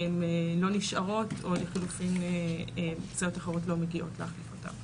הן לא נשארות או לחילופין סייעות אחרות לא מגיעות להחליף אותן,